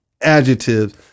adjectives